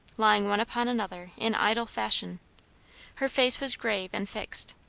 lying one upon another in idle fashion her face was grave and fixed,